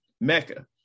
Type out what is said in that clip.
Mecca